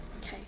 Okay